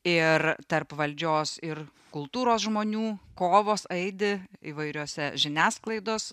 ir tarp valdžios ir kultūros žmonių kovos aidi įvairiuose žiniasklaidos